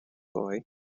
boy